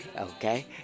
Okay